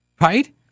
right